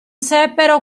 seppero